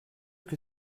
que